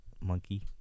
monkey